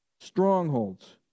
Strongholds